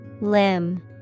Limb